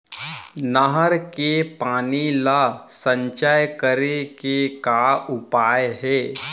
नहर के पानी ला संचय करे के का उपाय हे?